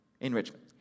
enrichment